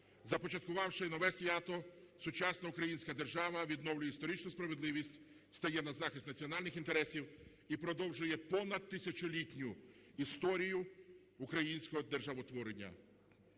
започаткувавши нове свято. Сучасна українська держава відновлює історичну справедливість, стає на захист національних інтересів і продовжує понад тисячолітню історію українського державотворення.